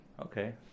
Okay